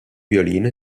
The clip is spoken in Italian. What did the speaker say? violino